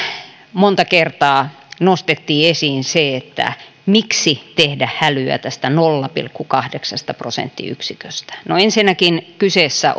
monta kertaa nostettiin esiin se miksi tehdä hälyä tästä nolla pilkku kahdeksasta prosenttiyksiköstä ensinnäkin kyseessä